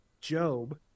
Job